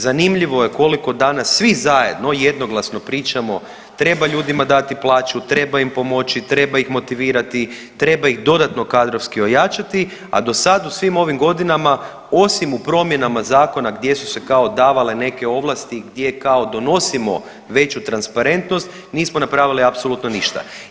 Zanimljivo je koliko danas svi zajedno jednoglasno pričamo treba ljudima dati plaću, treba im pomoći, treba ih motivirati, treba ih dodatno kadrovski ojačati, a do sad u svim ovim godinama osim u promjenama zakona gdje su se kao davale neke ovlasti gdje kao donosimo veću transparentnost nismo napravili apsolutno ništa.